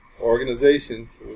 organizations